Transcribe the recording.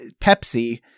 Pepsi